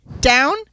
down